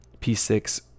p6